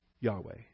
Yahweh